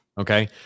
okay